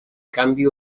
canvi